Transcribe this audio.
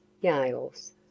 Yale's